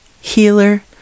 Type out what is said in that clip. Healer